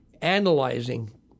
analyzing